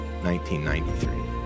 1993